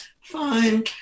Fine